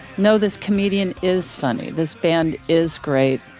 no, this comedian is funny. this band is great.